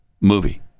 movie